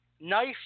knife